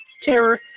terror